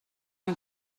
این